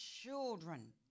children